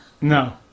No